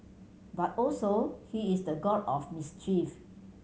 but also he is the god of mischief